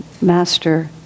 Master